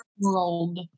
world